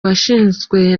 washinzwe